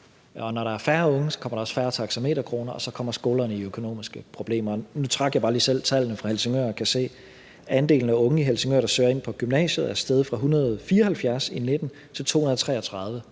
når der er færre unge, kommer der også færre taxameterkroner, og så kommer skolerne i økonomiske problemer. Nu trak jeg bare lige selv tallene for Helsingør ud og kan se, at andelen af unge i Helsingør, der søger ind på gymnasiet, er steget fra 174 i 2019 til 233